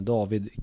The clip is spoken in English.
David